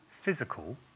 physical